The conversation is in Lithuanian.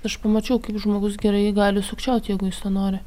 aš pamačiau kaip žmogus gerai gali sukčiaut jeigu jis to nori